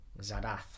Zadath